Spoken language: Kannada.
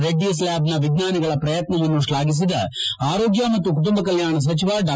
ರೆಡ್ಡಿ ಲ್ಲಾಬ್ನ ವಿಜ್ಞಾನಿಗಳ ಪ್ರಯತ್ನವನ್ನು ಶ್ಲಾಘಿಸಿದ ಆರೋಗ್ಯ ಮತ್ತು ಕುಟುಂಬ ಕಲ್ನಾಣ ಸಚಿವ ಡಾ